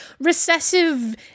recessive